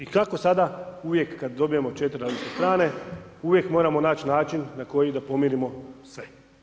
I kako sada uvijek kada dobijemo 4 različite strane, uvijek moramo naći način da na koji da pomirimo sve.